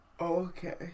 Okay